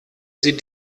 sie